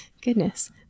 Goodness